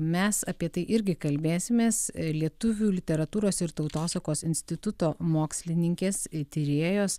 mes apie tai irgi kalbėsimės lietuvių literatūros ir tautosakos instituto mokslininkės tyrėjos